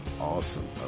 awesome